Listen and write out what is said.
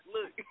Look